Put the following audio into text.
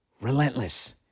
relentless